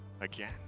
again